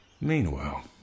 Meanwhile